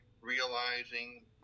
realizing